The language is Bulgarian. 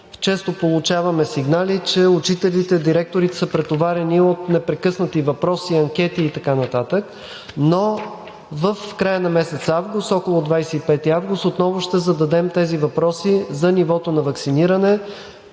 често получаваме сигнали, че учителите, директорите са претоварени от непрекъснати въпроси, анкети и така нататък, но в края на месец август – около 25 август, отново ще зададем тези въпроси за нивото на ваксиниране